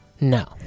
No